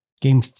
Game